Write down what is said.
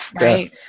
Right